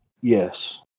Yes